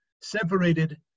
separated